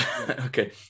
Okay